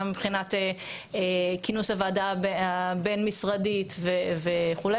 גם מבחינת כינוס הוועדה הבין-משרדית וכו'.